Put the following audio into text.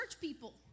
people